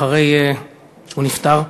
אחרי שהוא נפטר.